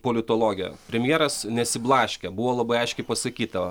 politologė premjeras nesiblaškė buvo labai aiškiai pasakyta